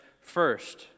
first